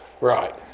Right